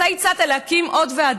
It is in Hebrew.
הן עוד לא הרימו.